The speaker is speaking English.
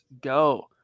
go